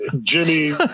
jimmy